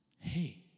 hey